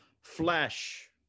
flesh